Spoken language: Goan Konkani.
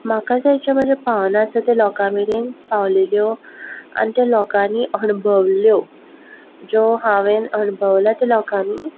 म्हाका म्हज्यो ज्यो भावनां आसा त्यो लोकां मेरेन पावलेल्यो आनी त्यो लोकांनी अणभवलेल्यो ज्यो हांवें अणभवल्यात त्यो लोकांनी